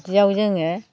बिदियाव जोङो